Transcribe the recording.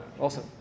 awesome